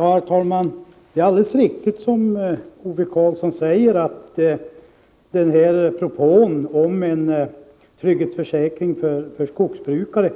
Herr talman! Det är alldeles riktigt, som Ove Karlsson säger, att en propå om en trygghetsförsäkring för skogsbrukare